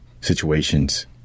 situations